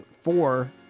four